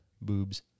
Boobs